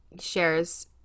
shares